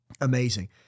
amazing